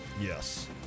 Yes